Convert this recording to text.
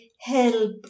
help